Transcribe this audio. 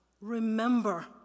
remember